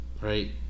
Right